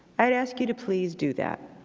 i would ask you to please do that.